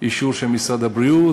האישור של משרד הבריאות.